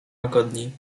łagodniej